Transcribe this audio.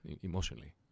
emotionally